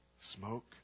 smoke